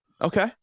Okay